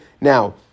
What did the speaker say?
now